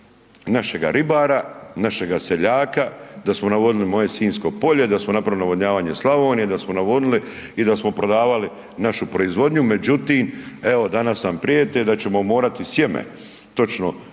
našega ribara, našega seljaka, da smo navodnili moje Sinjsko polje, da smo napravili navodnjavanje Slavonije, da smo navodili i da smo prodavali našu proizvodnju, međutim evo danas nam prijete da ćemo morati sjeme, točno